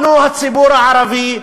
אנחנו הציבור הערבי,